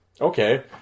Okay